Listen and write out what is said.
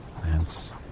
Lance